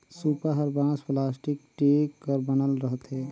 सूपा हर बांस, पलास्टिक, टीग कर बनल रहथे